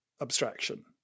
abstraction